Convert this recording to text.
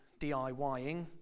DIYing